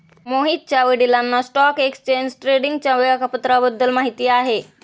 मोहितच्या वडिलांना stock exchange ट्रेडिंगच्या वेळापत्रकाबद्दल माहिती आहे